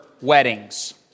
weddings